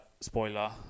spoiler